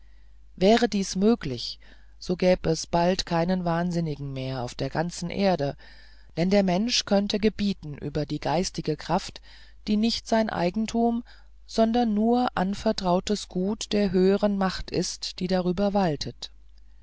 wäre dies möglich so gäb es bald keinen wahnsinnigen mehr auf der ganzen erde denn der mensch könnte gebieten über die geistige kraft die nicht sein eigentum sondern nur anvertrautes gut der höhern macht ist die darüber waltet